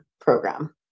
program